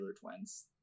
Twins